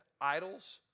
idols